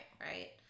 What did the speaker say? Right